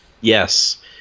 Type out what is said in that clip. Yes